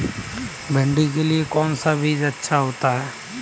भिंडी के लिए कौन सा बीज अच्छा होता है?